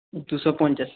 দুশো পঞ্চাশ